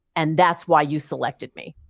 and that's why you selected me.